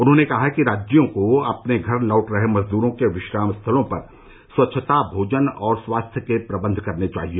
उन्होंने कहा कि राज्यों को अपने घर लौट रहे मजदूरों के विश्राम स्थलों पर स्वच्छता भोजन और स्वास्थ्य के प्रबंध करने चाहिए